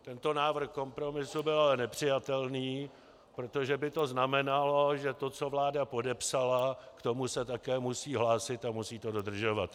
Tento návrh kompromisu byl ale nepřijatelný, protože by to znamenalo, že to, co vláda podepsala, k tomu se také musí hlásit a musí to dodržovat.